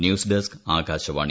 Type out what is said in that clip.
news desk Akashvani